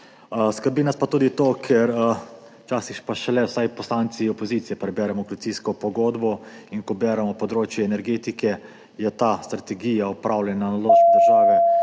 Skrbi nas pa tudi to, ker včasih vsaj poslanci opozicije preberemo koalicijsko pogodbo. Ko beremo področje energetike, je ta strategija upravljanja naložb države